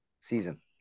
season